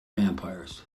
vampires